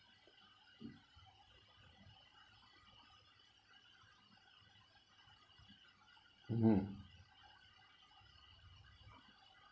mmhmm